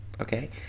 Okay